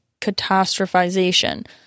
catastrophization